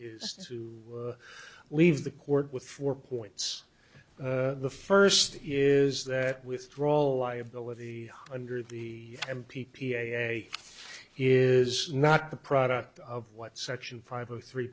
is to leave the court with four points the first is that withdraw liability under the m p p a is not the product of what section five of three